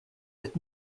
that